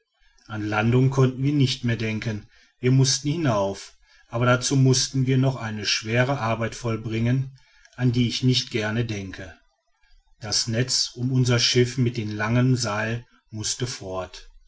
an landung konnten wir nicht mehr denken wir mußten hinauf aber dazu mußten wir noch eine schwere arbeit vollbringen an die ich nicht gern denke das netz um unser schiff mit dem langen seil mußte fort